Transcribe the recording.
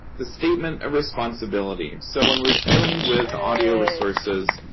the statement of responsibility. and so, when we're dealing with audio resources,